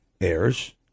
heirs